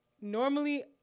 normally